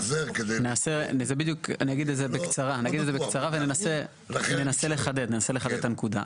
אגיד את זה בקצרה וננסה לחדד את הנקודה.